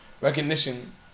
recognition